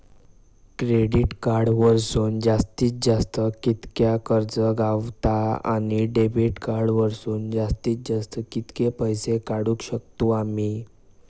Credit card वरसून जास्तीत जास्त कितक्या कर्ज गावता, आणि डेबिट कार्ड वरसून जास्तीत जास्त कितके पैसे काढुक शकतू आम्ही?